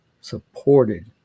supported